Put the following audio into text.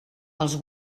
els